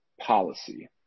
policy